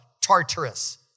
Tartarus